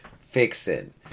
fixing